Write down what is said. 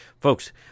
folks